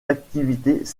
activités